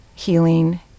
healing